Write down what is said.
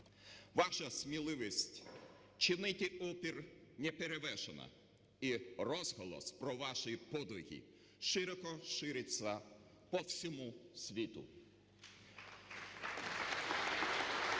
Ваша сміливість чинити опір неперевершена і розголос про ваші подвиги широко шириться по всьому світу. (Оплески)